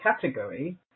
category